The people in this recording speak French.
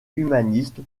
humaniste